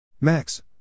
Max